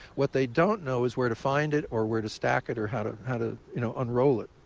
what they don't know is where to find it or where to stack it or how to how to you know unroll it.